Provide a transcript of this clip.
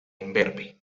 imberbe